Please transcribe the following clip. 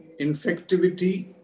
infectivity